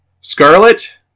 Scarlet